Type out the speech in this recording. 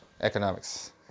economics